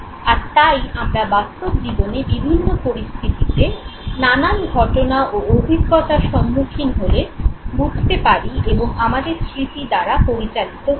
আর তাই আমরা বাস্তব জীবনে বিভিন্ন পরিস্থিতে নানান ঘটনা ও অভিজ্ঞতার সম্মুখীন হলে বুঝতে পারি এবং আমাদের স্মৃতির দ্বারা পরিচালিত হই